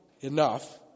enough